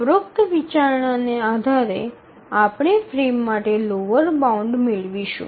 ઉપરોક્ત વિચારણાને આધારે આપણે ફ્રેમ માટે લોઅર બાઉન્ડ મેળવીશું